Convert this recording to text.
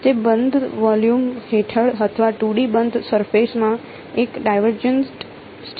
તે બંધ વોલ્યુમ હેઠળ અથવા 2D બંધ સરફેસ માં એક ડાયવરજન્ટ છે